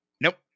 Nope